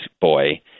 boy